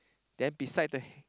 then beside the